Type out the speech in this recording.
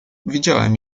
widziałem